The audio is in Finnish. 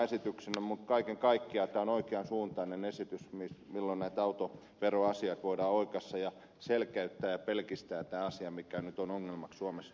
mutta kaiken kaikkiaan tämä on oikean suuntainen esitys millä näitä autoveroasioita voidaan oikaista ja selkeyttää ja pelkistää tämä asia mikä nyt on ongelmaksi suomessa muodostunut